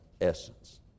essence